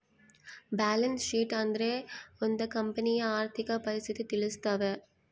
balance sheet ಅಂದ್ರೆ ಒಂದ್ ಕಂಪನಿಯ ಆರ್ಥಿಕ ಪರಿಸ್ಥಿತಿ ತಿಳಿಸ್ತವೆ